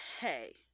hey